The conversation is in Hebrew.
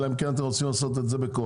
אלא אם כן אתם רוצים לעשות את זה בכוח.